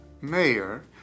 Mayor